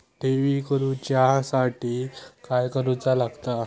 ठेवी करूच्या साठी काय करूचा लागता?